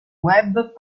web